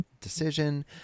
decision